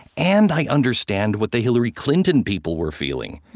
and i understand what the hillary clinton people were feeling